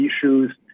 issues